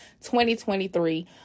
2023